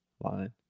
line